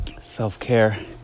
Self-care